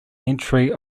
entry